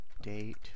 date